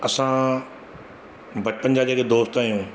असां बचपन जा जेके दोस्त आहियूं